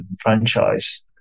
franchise